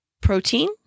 protein